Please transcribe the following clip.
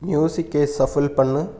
மியூசிக்கை ஷஃபில் பண்ணு